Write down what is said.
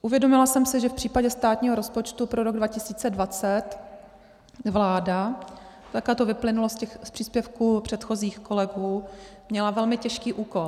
Uvědomila jsem si, že v případě státního rozpočtu pro rok 2020 vláda takhle to vyplynulo z těch příspěvků předchozích kolegů měla velmi těžký úkol.